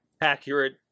accurate